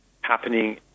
happening